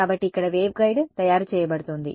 కాబట్టి ఇక్కడ వేవ్గైడ్ తయారు చేయబడుతోంది